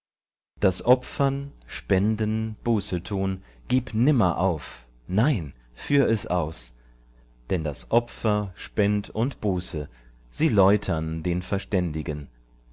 das opfern spenden bußetun gib nimmer auf nein führ es aus denn das opfer spend und buße sie läutern den verständigen